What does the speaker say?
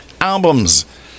albums